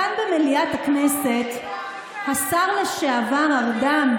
כאן במליאת הכנסת השר לשעבר ארדן,